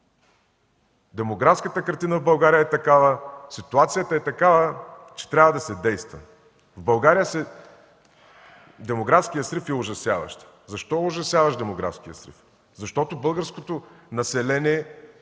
Демографската картина в България е такава, ситуацията е такава, че трябва да се действа. В България демографският срив е ужасяващ. Защо е ужасяващ демографският срив? Защото българското население